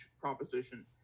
proposition